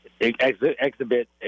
exhibit